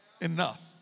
enough